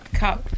cup